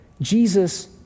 Jesus